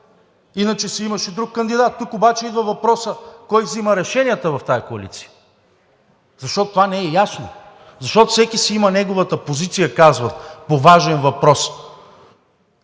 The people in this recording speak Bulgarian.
Иначе си имаше друг кандидат. Тук обаче идва въпросът – кой взима решенията в тази коалиция, защото това не е ясно. Защото всеки си има неговата позиция – казват, по важен въпрос.